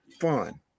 fun